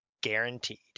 guaranteed